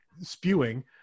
spewing